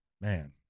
Man